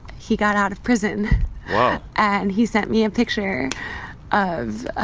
he got out of prison whoa and he sent me a picture of